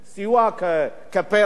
סיוע כפר"ח.